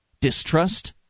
distrust